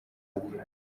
ubukwe